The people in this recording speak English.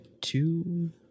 two